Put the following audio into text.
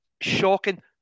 shocking